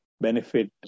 benefit